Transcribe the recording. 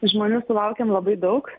žmonių sulaukiam labai daug